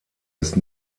ist